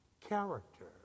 character